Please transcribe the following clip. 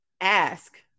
ask